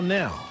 now